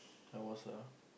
I was a